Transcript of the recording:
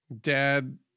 dad